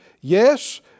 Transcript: yes